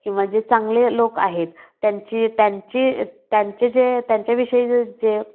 किंवा जे चांगले लोक आहेत त्यांची त्यांची त्यांचे जे त्यांच्याविषयी जे